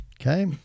okay